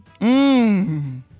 Mmm